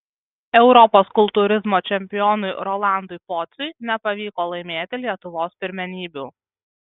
europos kultūrizmo čempionui rolandui pociui nepavyko laimėti lietuvos pirmenybių